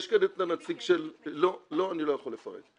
אני לא יכול לפרט,